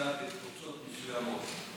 נמצא בקבוצות מסוימות,